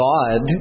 God